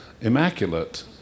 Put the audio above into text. immaculate